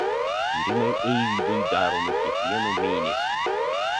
tyrimai eivydui daromi kiekvieną mėnesį